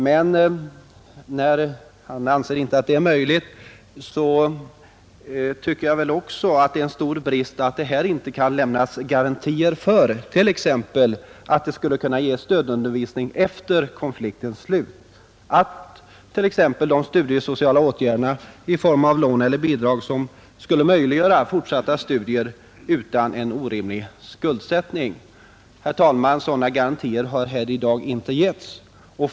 När statsrådet nu inte anser detta vara möjligt, tycker jag att det också är en stor brist att det här inte kan lämnas garantier för t.ex. att de vuxenstuderande skulle kunna ges stödundervisning efter konfliktens slut eller för studiesociala åtgärder i form av lån eller bidrag som skulle möjliggöra fortsatta studier utan orimlig skuldsättning. Sådana garantier har i dag inte lämnats.